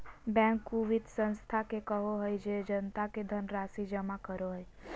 bank उ वित संस्था के कहो हइ जे जनता से धनराशि जमा करो हइ